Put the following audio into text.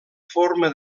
forma